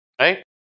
right